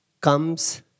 comes